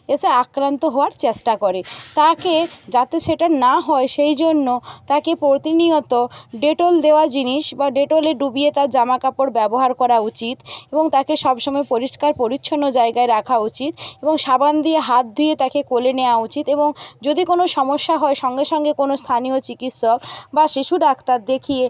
এসে আক্রান্ত হওয়ার চেষ্টা করে তাকে যাতে সেটা না হয় সেই জন্য তাকে প্রতিনিয়ত ডেটল দেওয়া জিনিস বা ডেটলে ডুবিয়ে তার জামা কাপড় ব্যবহার করা উচিত এবং তাকে সবসময় পরিষ্কার পরিচ্ছন্ন জায়গায় রাখা উচিত এবং সাবান দিয়ে হাত ধুয়ে তাকে কোলে নেওয়া উচিত এবং যদি কোনো সমস্যা হয় সঙ্গে সঙ্গে কোনো স্থানীয় চিকিৎসক বা শিশু ডাক্তার দেখিয়ে